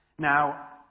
Now